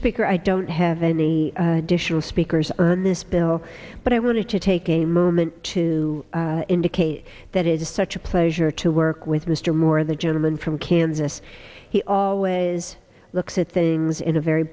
speaker i don't have any additional speakers are in this bill but i wanted to take a moment to indicate that it is such a pleasure to work with mr moore the gentleman from kansas he always looks at things in a very